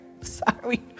Sorry